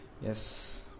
Yes